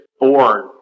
born